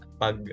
pag